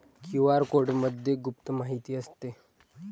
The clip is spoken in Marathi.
क्यू.आर कोडमध्ये गुप्त माहिती असते